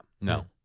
No